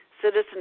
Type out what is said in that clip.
citizen